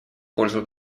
пользу